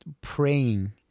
Praying